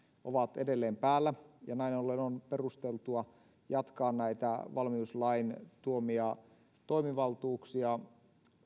ovat edelleen päällä ja näin ollen on perusteltua jatkaa näitä valmiuslain tuomia toimivaltuuksia